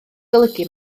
golygu